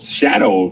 shadow